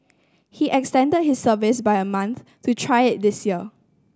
he extended his service by a month to try it this year